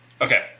Okay